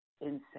insane